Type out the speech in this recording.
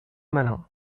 malin